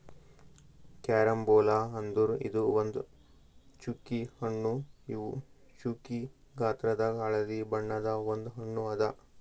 carambola ಅಂದುರ್ ಇದು ಒಂದ್ ಚ್ಚುಕಿ ಹಣ್ಣು ಇವು ಚ್ಚುಕಿ ಗಾತ್ರದಾಗ್ ಹಳದಿ ಬಣ್ಣದ ಒಂದ್ ಹಣ್ಣು ಅದಾ